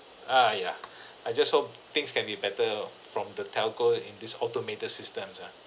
ah ya I just hope things can be better from the telco in this automated systems ah